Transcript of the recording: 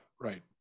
right